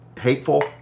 Hateful